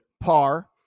par